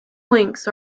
links